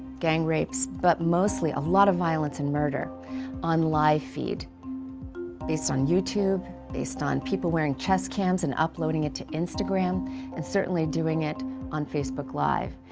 gang rapes, but mostly a lot of violence and murder on live feed based on youtube based on people wearing chest cams and uploading it to instagram and certainly doing it on facebook live.